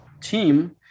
team